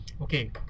Okay